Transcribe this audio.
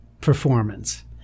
performance